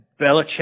Belichick